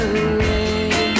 away